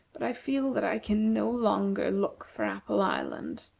but i feel that i can no longer look for apple island.